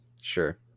sure